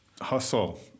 Hustle